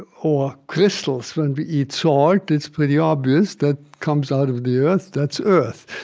or crystals when we eat salt, it's pretty obvious that comes out of the earth. that's earth,